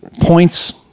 points